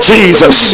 Jesus